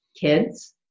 kids